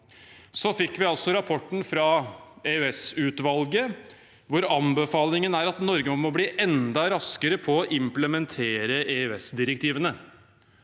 Så fikk vi altså rapporten fra EØS-utvalget, hvor anbefalingen er at Norge må bli enda raskere på å implementere EØS-direktivene.